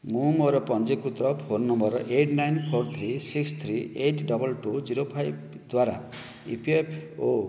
ମୁଁ ମୋର ପଞ୍ଜୀକୃତ phone number eight nine four three six three eight double two zero five ଦ୍ୱାରା E P F ଓ